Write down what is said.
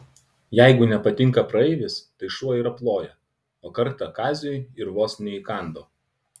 jeigu nepatinka praeivis tai šuo ir aploja o kartą kaziui ir vos neįkando